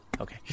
Okay